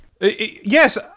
yes